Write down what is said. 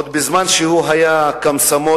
עוד בזמן שהוא היה קומסומולץ,